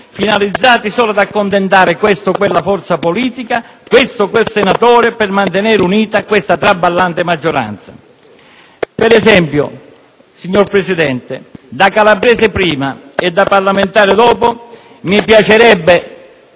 finalizzati solo ad accontentare questa o quella forza politica, questo o quel senatore per mantenere unita questa traballante maggioranza. Per esempio, signor Presidente, da calabrese prima e da parlamentare dopo, mi piacerebbe